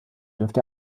dürfte